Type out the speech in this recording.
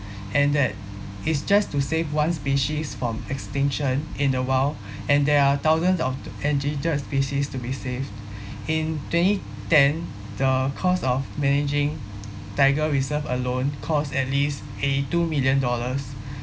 and that is just to save one species from extinction in the wild and there are thousands of endangered species to be saved in twenty-ten the cost of managing tiger reserve alone costs at least a two million dollars